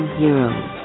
heroes